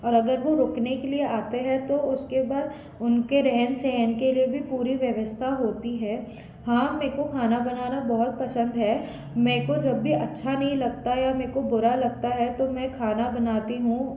और अगर वो रुकने के लिए आते हैं तो उसके बाद उनके रहन सहन के लिए भी पूरी व्यवस्था होती है हाँ मुझको खाना बनाना बहुत पसंद है मुझको जब भी अच्छा नहीं लगता या मुझको बुरा लगता है तो मैं खाना बनाती हूँ